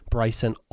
Bryson